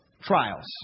trials